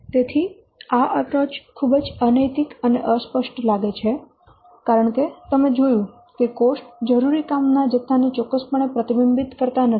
તેથી આ અપ્રોચ ખૂબ અનૈતિક અને અસ્પષ્ટ લાગે છે કારણ કે તમે જોયું કે કોસ્ટ જરૂરી કામના જથ્થાને ચોક્કસપણે પ્રતિબિંબિત કરતા નથી